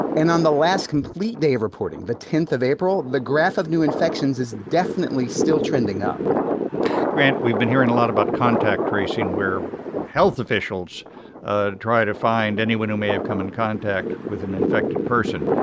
and on the last complete day reporting, the ten of april, the graph of new infections is definitely still trending up grant, we've been hearing a lot about contact tracing, where health officials try to find anyone who may have come in contact with an infected person.